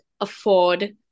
afford